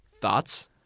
Thoughts